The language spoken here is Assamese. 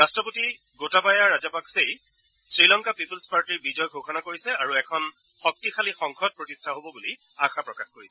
ৰাট্টপতি গোটাবায়া ৰাজাপাকচেই শ্ৰীলংকা পিপুলচ পাৰ্টীৰ বিজয় ঘোষণা কৰিছে আৰু এখন শক্তিশালী সংসদ প্ৰতিষ্ঠা হব বুলি আশা প্ৰকাশ কৰিছে